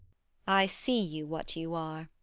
i see you what you are,